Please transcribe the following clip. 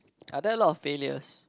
are there a lot of failures